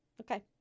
Okay